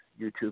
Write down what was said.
YouTube